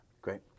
Great